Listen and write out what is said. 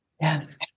yes